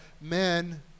men